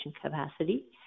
capacity